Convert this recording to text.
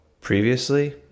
previously